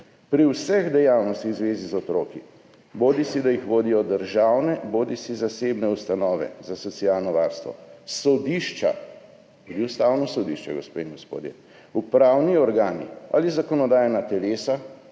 »Pri vseh dejavnostih v zvezi z otroki, bodisi da jih vodijo državne bodisi zasebne ustanove za socialno varstvo, sodišča«, tudi Ustavno sodišče, gospe in gospodje, »upravni organi ali zakonodajna telesa«,